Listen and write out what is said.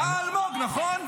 אה, אלמוג, נכון?